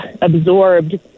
absorbed